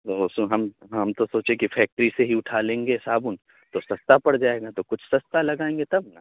تو سو ہم ہم تو سوچے کہ فیکٹری سے ہی اٹھا لیں گے صابن تو سستا پڑ جائے گا تو کچھ سستا لگائیں گے تب نا